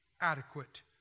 adequate